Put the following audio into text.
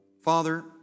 Father